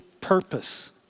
purpose